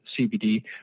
CBD